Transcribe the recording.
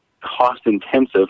cost-intensive